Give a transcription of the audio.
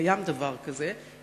קיים דבר כזה.